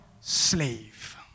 Slave